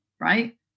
right